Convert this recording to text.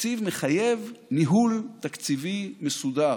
תקציב מחייב ניהול תקציבי מסודר.